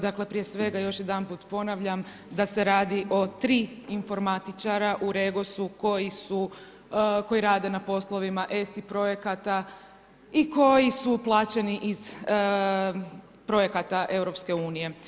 Dakle, prije svega još jedanput ponavljam da se radi o tri informatičara u REGOS-u koji su, koji rade na poslovima ESI projekata i koji su plaćeni iz projekata EU.